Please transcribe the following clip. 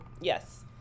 Yes